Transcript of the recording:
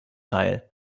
teil